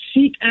seek